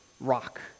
rock